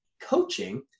Coaching